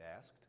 asked